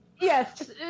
Yes